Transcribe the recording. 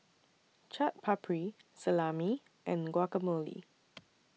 Chaat Papri Salami and Guacamole